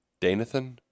Danathan